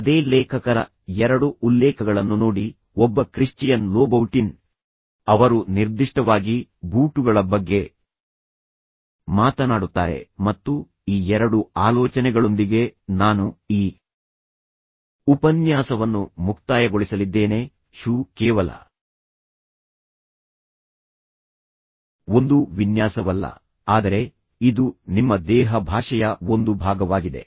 ಅದೇ ಲೇಖಕರ ಎರಡು ಉಲ್ಲೇಖಗಳನ್ನು ನೋಡಿ ಒಬ್ಬ ಕ್ರಿಶ್ಚಿಯನ್ ಲೋಬೌಟಿನ್ ಅವರು ನಿರ್ದಿಷ್ಟವಾಗಿ ಬೂಟುಗಳ ಬಗ್ಗೆ ಮಾತನಾಡುತ್ತಾರೆ ಮತ್ತು ಈ ಎರಡು ಆಲೋಚನೆಗಳೊಂದಿಗೆ ನಾನು ಈ ಉಪನ್ಯಾಸವನ್ನು ಮುಕ್ತಾಯಗೊಳಿಸಲಿದ್ದೇನೆ ಶೂ ಕೇವಲ ಒಂದು ವಿನ್ಯಾಸವಲ್ಲ ಆದರೆ ಇದು ನಿಮ್ಮ ದೇಹ ಭಾಷೆಯ ಒಂದು ಭಾಗವಾಗಿದೆ